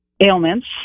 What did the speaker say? ailments